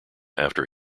after